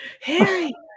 Harry